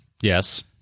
yes